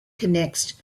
connects